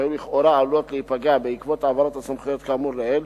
שלכאורה היו עלולות להיפגע בעקבות העברת הסמכויות כאמור לעיל,